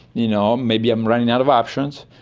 you know, maybe i'm running out of options,